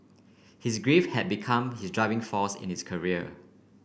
his grief have become his driving force in his career